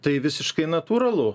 tai visiškai natūralu